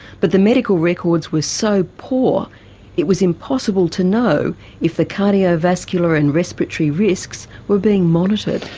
but the medical records were so poor it was impossible to know if the cardiovascular and respiratory risks were being monitored.